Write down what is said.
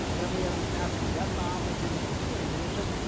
and then we had this massive debt bomb that didn't do anything. it's just,